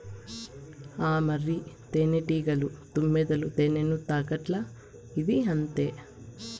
ఆ మరి, తేనెటీగలు, తుమ్మెదలు తేనెను తాగట్లా, ఇదీ అంతే